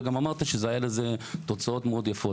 וגם אמרת שהיו לזה תוצאות מאוד יפות.